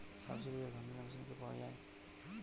সাবসিডিতে ধানঝাড়া মেশিন কি পাওয়া য়ায়?